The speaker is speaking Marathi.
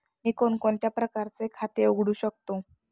मी कोणकोणत्या प्रकारचे खाते उघडू शकतो?